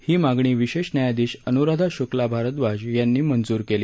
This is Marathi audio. ही मागणी विशेष न्यायाधीश अन्राधा श्क्ला भारद्वाज यांनी मंजूर केली